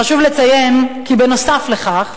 חשוב לציין כי נוסף על כך,